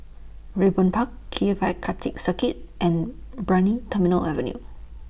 Raeburn Park K F I Karting Circuit and Brani Terminal Avenue